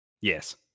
yes